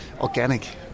organic